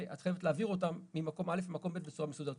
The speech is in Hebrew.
שאת חייבת להעביר אותם ממקום א' למקום ב' בצורה מסודרת.